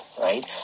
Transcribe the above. right